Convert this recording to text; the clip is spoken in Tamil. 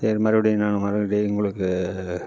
சரி மறுபடியும் நான் மறுபடியும் உங்களுக்கு